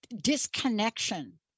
disconnection